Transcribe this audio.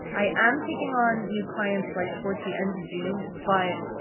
i am taking on new clients like towards the end of june, but,